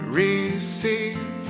receive